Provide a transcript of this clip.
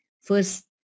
first